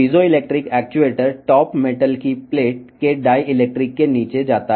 piezoelectric actuator top metal plate యొక్క విద్యుద్వాహకము నుండి కదులుతుంది